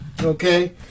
okay